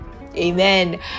amen